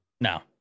No